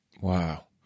Wow